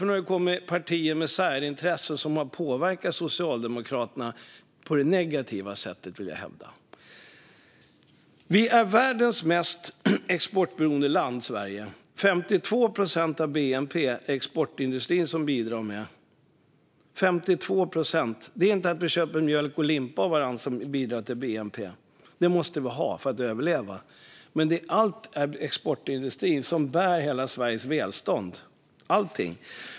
Nu har partier med särintressen påverkat Socialdemokraterna på ett negativt sätt, vill jag hävda. Sverige är världens mest exportberoende land. 52 procent av bnp bidrar exportindustrin till. Att vi köper mjölk och limpa av varandra är inte det som bidrar till bnp. Vi måste ha det för att överleva. Men det är exportindustrin som bär hela Sveriges välstånd, allting.